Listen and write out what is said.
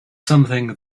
something